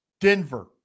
Denver